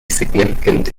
significant